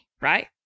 right